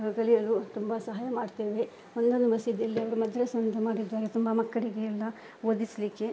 ಕಲಿಯಲು ತುಂಬ ಸಹಾಯ ಮಾಡ್ತೇವೆ ಒಂದೊಂದು ಮಸೀದಿಯಲ್ಲಿ ಅವರು ಮದ್ರಸ ಅಂತ ಮಾಡಿದ್ದಾರೆ ತುಂಬ ಮಕ್ಕಳಿಗೆಲ್ಲ ಓದಿಸಲಿಕ್ಕೆ